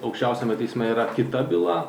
aukščiausiame teisme yra kita byla